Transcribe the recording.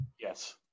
Yes